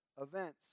events